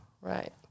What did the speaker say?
Right